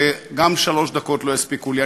שגם שלוש דקות לא יספיקו לי.